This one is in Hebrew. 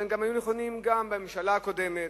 אבל הם היו נכונים גם בממשלה הקודמת,